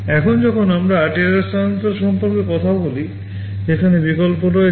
এখন যখন আমরা ডেটা স্থানান্তর সম্পর্কে কথা বলি সেখানে বিকল্প রয়েছে